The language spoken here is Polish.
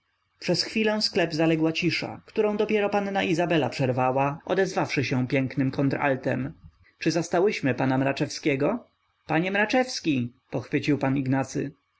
przez chwilę sklep zaległa cisza którą dopiero panna izabela przerwała odezwawszy się pięknym kontraltem czy zastałyśmy pana mraczewskiego panie mraczewski pochwycił p ignacy